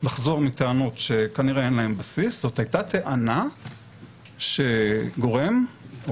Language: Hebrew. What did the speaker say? לחזור מטענות שכנראה אין להן בסיס שגורם או